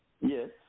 Yes